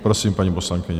Prosím, paní poslankyně.